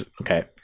Okay